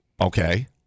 Okay